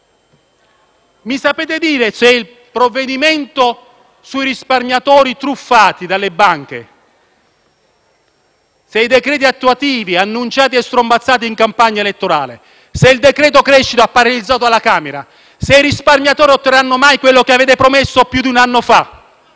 Mi sapete dire qualcosa del provvedimento sui risparmiatori truffati dalle banche e sui decreti attuativi, annunciati e strombazzati in campagna elettorale? Oppure sul cosiddetto decreto crescita paralizzato alla Camera? I risparmiatori otterranno mai quello che avete promesso più di un anno fa?